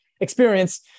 experience